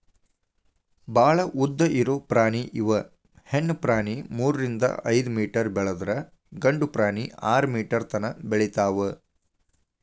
ಭಾಳ ಉದ್ದ ಇರು ಪ್ರಾಣಿ ಇವ ಹೆಣ್ಣು ಪ್ರಾಣಿ ಮೂರರಿಂದ ಐದ ಮೇಟರ್ ಬೆಳದ್ರ ಗಂಡು ಪ್ರಾಣಿ ಆರ ಮೇಟರ್ ತನಾ ಬೆಳಿತಾವ